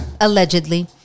Allegedly